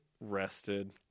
rested